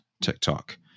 TikTok